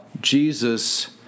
Jesus